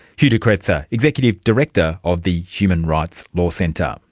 hugh de kretser, executive director of the human rights law centre. um